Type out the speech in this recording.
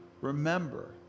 remember